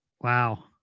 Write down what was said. Wow